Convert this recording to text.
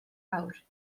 fawr